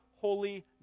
holy